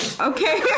Okay